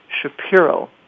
Shapiro